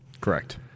Correct